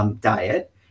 diet